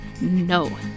No